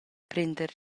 prender